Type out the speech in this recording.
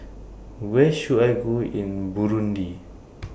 Where should I Go in Burundi